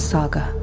Saga